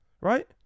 right